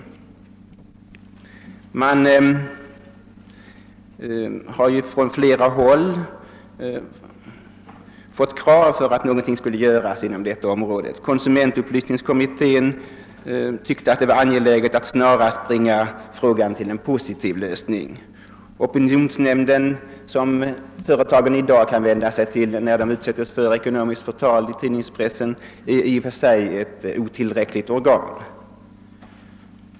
Man har från flera håll krävt att någonting skulle göras inom detta område. Konsumentupplysningskommittén tyckte att det var angeläget att snarast bringa frågan till en positiv lösning, opinionsnämnden, som företagen i dag kan vända sig till när de utsätts för ekonomiskt förtal i tidningspressen, är i och för sig ett otillräckligt organ.